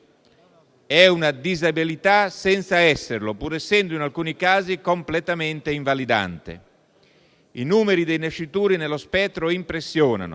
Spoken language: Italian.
è una disabilità senza esserlo, pur essendo, in alcuni casi, completamente invalidante. I numeri dei nascituri nello spettro impressionano: